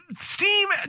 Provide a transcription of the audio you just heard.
steam